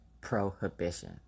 prohibition